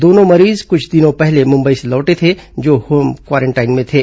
दोनों मरीज कुछ दिनों पहले मुंबई से लौटे थे जो होम क्वारेंटाइन में थे